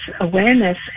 awareness